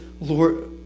Lord